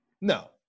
No